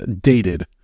dated